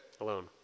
alone